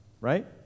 right